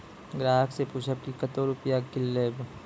ग्राहक से पूछब की कतो रुपिया किकलेब?